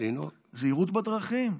זהירות בדרכים.